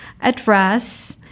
address